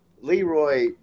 Leroy